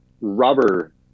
rubber